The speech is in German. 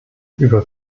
über